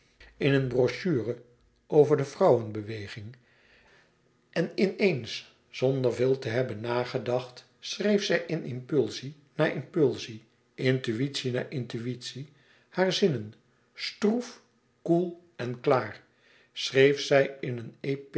in een brochure over de vrouwenbeweging en in eens zonder veel te hebben nagedacht schreef zij in impulsie na impulsie intuïtie na intuïtie hare zinnen stroef koel en klaar schreef zij in een